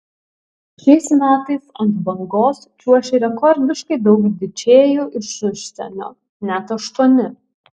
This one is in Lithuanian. šiais metais ant bangos čiuoš rekordiškai daug didžėjų iš užsienio net aštuoni